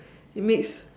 it makes